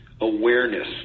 awareness